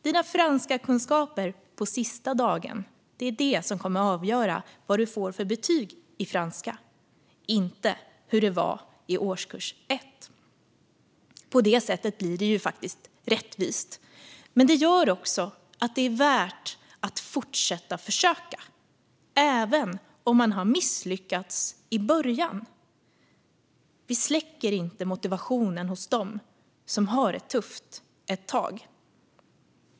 Dina franskakunskaper den sista dagen kommer att avgöra vad du får för betyg i franska, inte hur det var i årskurs 1. På det sättet blir det rättvist, men det gör det också värt att fortsätta försöka även om man har misslyckats i början. Vi släcker inte motivationen hos dem som har det tufft ett tag.